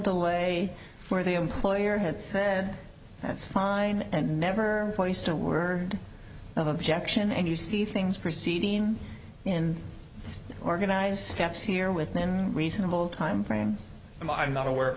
delay where the employer had said that's fine and never voiced a word of objection and you see things proceeding in its organize steps here within a reasonable time frame and i'm not aware of